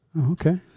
okay